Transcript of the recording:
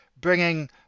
bringing